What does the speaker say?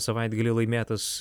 savaitgalį laimėtas